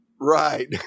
Right